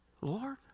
Lord